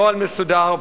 נוהל מסודר,